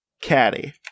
Caddy